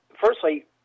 Firstly